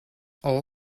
all